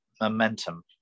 momentum